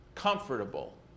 comfortable